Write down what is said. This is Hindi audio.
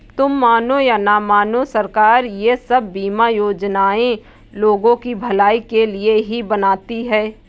तुम मानो या न मानो, सरकार ये सब बीमा योजनाएं लोगों की भलाई के लिए ही बनाती है